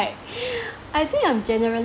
like I think I'm generally